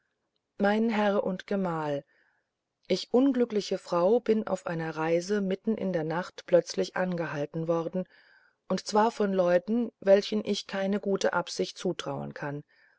mein herr und gemahl ich unglückliche frau bin auf meiner reise mitten in der nacht plötzlich angehalten worden und zwar von leuten welchen ich keine gute absicht zutrauen kann